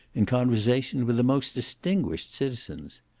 in conversation with the most distinguished citizens.